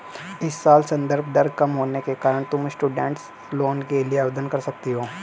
इस साल संदर्भ दर कम होने के कारण तुम स्टूडेंट लोन के लिए आवेदन कर सकती हो